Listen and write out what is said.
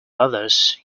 others